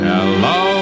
Hello